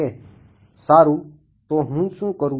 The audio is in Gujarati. સારું તો હું શું કરું